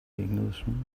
englishman